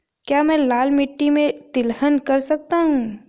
क्या मैं लाल मिट्टी में तिलहन कर सकता हूँ?